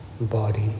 body